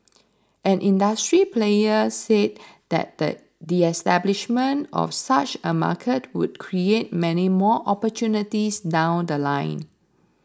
an industry player said that the establishment of such a market would create many more opportunities down The Line